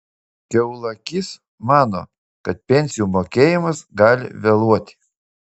kiaulakys mano kad pensijų mokėjimas gali vėluoti